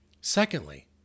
Secondly